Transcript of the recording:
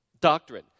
doctrine